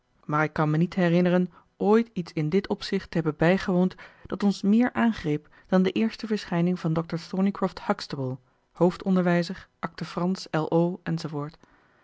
maar ik kan mij niet herinneren ooit iets in dit opzicht te hebben bijgewoond dat ons meer aangreep dan de eerste verschijning van dr thorneycroft huxtable hoofdonderwijzer acte fransch l